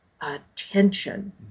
attention